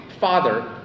father